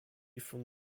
from